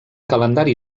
calendari